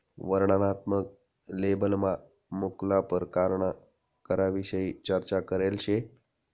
वर्णनात्मक लेबलमा मुक्ला परकारना करविषयी चर्चा करेल शे